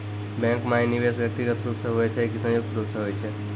Bank माई निवेश व्यक्तिगत रूप से हुए छै की संयुक्त रूप से होय छै?